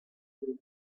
behind